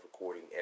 recording